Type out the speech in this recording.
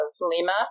Lima